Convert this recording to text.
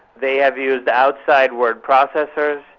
they have used outside word processors,